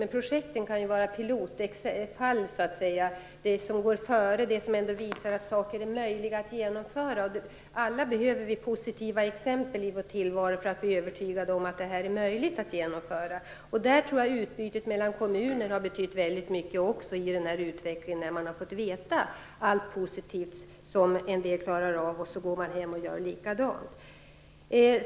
Men projekten kan vara pilotfall som går före och visar att saker är möjliga att genomföra. Alla behöver vi positiva exempel i vår tillvaro för att bli övertygande om att något är möjligt att genomföra. Där har också utbytet mellan kommuner betytt väldigt mycket för utvecklingen. Man har fått reda på allt positivt som en del klarar av och sedan gått hem och gjort likadant.